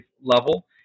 level